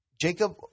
Jacob